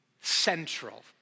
central